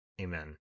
Amen